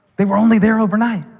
they were only there overnight.